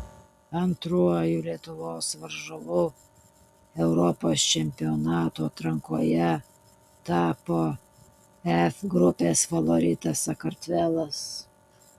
antruoju lietuvos varžovu europos čempionato atrankoje tapo f grupės favoritas sakartvelas